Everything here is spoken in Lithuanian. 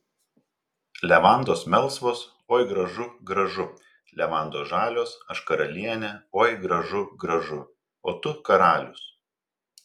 levandos melsvos oi gražu gražu levandos žalios aš karalienė oi gražu gražu o tu karalius